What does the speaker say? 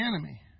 enemy